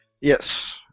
Yes